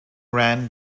ran